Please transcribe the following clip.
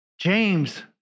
James